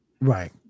Right